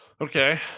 okay